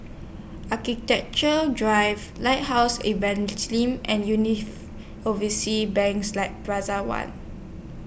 Architecture Drive Lighthouse Evangelism and Overseas Banks like Plaza one